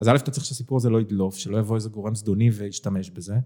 אז א' אתה צריך שהסיפור הזה לא ידלוף, שלא יבוא איזה גורם זדוני וישתמש בזה.